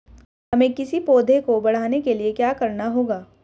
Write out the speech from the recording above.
हमें किसी पौधे को बढ़ाने के लिये क्या करना होगा?